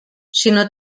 sinó